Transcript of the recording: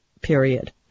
period